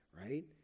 right